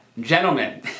gentlemen